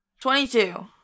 Twenty-two